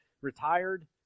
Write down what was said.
retired